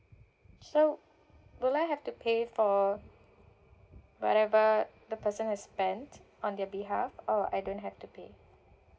so will I have to pay for whatever the person has spent on their behalf or I don't have to pay